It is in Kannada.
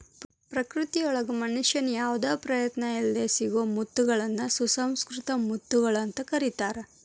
ಪ್ರಕೃತಿಯೊಳಗ ಮನುಷ್ಯನ ಯಾವದ ಪ್ರಯತ್ನ ಇಲ್ಲದ್ ಸಿಗೋ ಮುತ್ತಗಳನ್ನ ಸುಸಂಕೃತ ಮುತ್ತುಗಳು ಅಂತ ಕರೇತಾರ